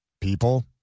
people